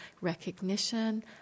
recognition